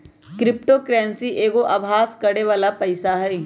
crypto currency एगो अभास करेके बला पइसा हइ